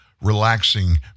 relaxing